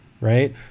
right